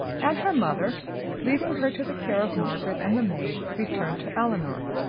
and her mother leaving her to the care of margaret and the maid, returned to elinor,